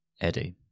Eddie